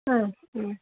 ആ ഉം